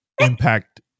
impact